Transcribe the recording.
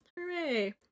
hooray